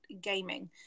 gaming